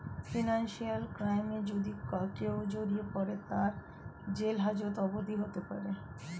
financial ক্রাইমে যদি কেও জড়িয়ে পরে, তার জেল হাজত অবদি হতে পারে